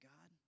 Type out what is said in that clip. God